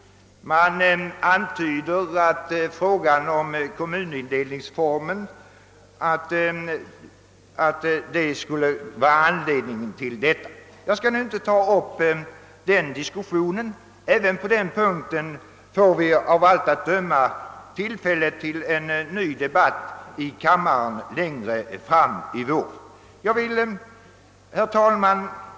Man antyder att anledningen härtill skulle vara den förestående kommunindelningsreformen. Jag skall inte nu ta upp denna diskussion. även på denna punkt får vi av allt att döma tillfälle att ta upp en ny debatt i denna kammare längre fram under våren. Herr talman!